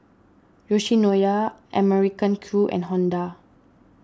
Yoshinoya American Crew and Honda